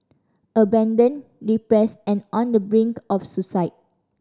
abandoned depressed and on the brink of suicide